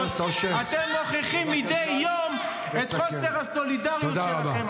אתם מוכיחים מדי יום את חוסר הסולידריות שלכם.